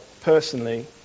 personally